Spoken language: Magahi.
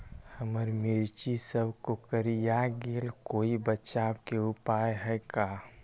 हमर मिर्ची सब कोकररिया गेल कोई बचाव के उपाय है का?